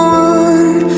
one